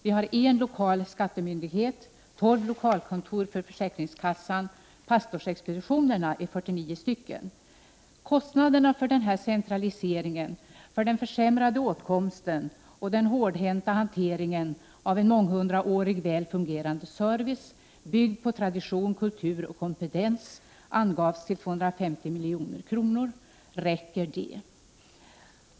Vi har en lokal skattemyndighet och tolv lokalkontor för försäkringskassan, medan antalet pastorsexpeditioner är 49. Kostnaderna för den här centraliseringen, för den försämrade åtkomsten och den hårdhänta hanteringen av en månghundraårig, väl fungerande service, byggd på tradition, kultur och kompetens, angavs till 250 milj.kr. Räcker det?